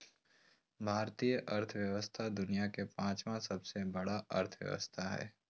भारतीय अर्थव्यवस्था दुनिया के पाँचवा सबसे बड़ा अर्थव्यवस्था हय